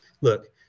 Look